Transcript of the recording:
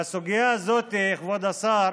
והסוגיה הזאת, כבוד השר,